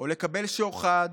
או להשתחד,